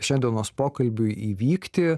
šiandienos pokalbiui įvykti